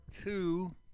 two